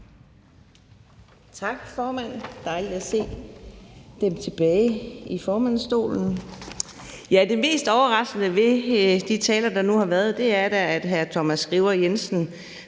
Tak, formand. Det er dejligt at se Dem tilbage i formandsstolen.